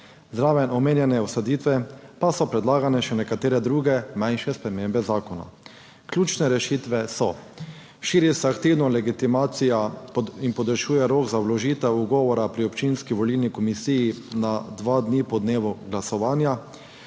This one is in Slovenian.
Zraven omenjene ugotovitve pa so predlagane še nekatere druge, manjše spremembe zakona. Ključne rešitve so [naslednje]. Širi se aktivna legitimacija in podaljšuje rok za vložitev ugovora pri občinski volilni komisiji na dva dni po dnevu glasovanja.